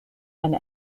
and